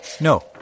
No